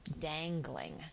dangling